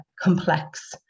complex